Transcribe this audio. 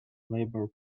labor